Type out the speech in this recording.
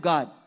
God